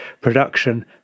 production